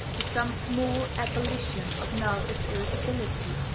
for some small ebullition of nervous irritability,